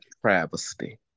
travesty